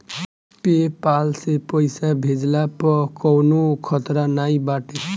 PayPal से पईसा भेजला पअ कवनो खतरा नाइ बाटे